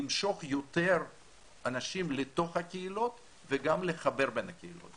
למשוך יותר אנשים לתוך הקהילות וגם לחבר בין הקהילות.